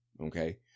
okay